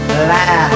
Laugh